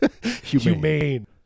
Humane